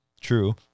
true